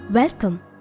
Welcome